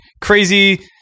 crazy